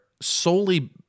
solely